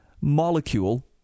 molecule